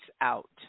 out